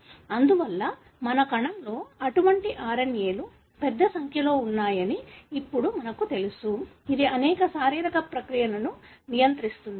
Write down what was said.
అందువల్ల మన కణంలో అటువంటి RNAలు పెద్ద సంఖ్యలో ఉన్నాయని ఇప్పుడు మనకు తెలుసు ఇది అనేక శారీరక ప్రక్రియలను నియంత్రిస్తుంది